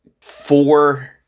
four